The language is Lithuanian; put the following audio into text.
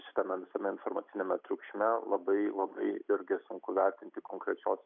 šitame visame informaciniame triukšme labai labai irgi sunku vertinti konkrečios